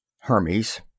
Hermes